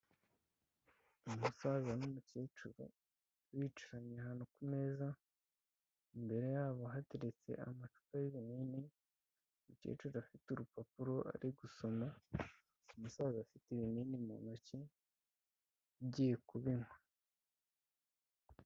Umusaza n'umukecuru bicaranye ahantu kumeza, imbere yabo hateretse amacupa y'ibnini umukecuru afite urupapuro ari gusoma, umusaza afite ibinini mu ntoki ngiye kubinywa.